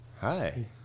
Hi